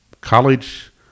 college